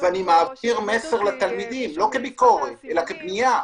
אני מעביר מסר לתלמידים, לא כביקורת אלא כבניה.